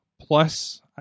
plus